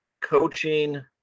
coaching